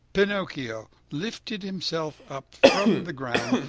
pinocchio lifted himself up from the ground,